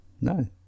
no